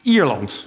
Ierland